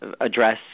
Address